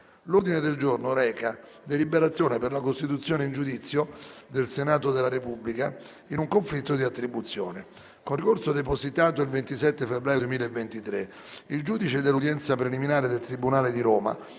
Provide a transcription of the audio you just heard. L'ordine del giorno reca la deliberazione per la costituzione in giudizio del Senato della Repubblica per resistere in un conflitto di attribuzione. Con ricorso depositato il 27 febbraio 2023, il giudice dell'udienza preliminare del tribunale di Roma